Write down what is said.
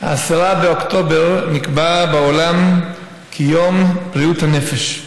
10 באוקטובר נקבע בעולם כיום בריאות הנפש.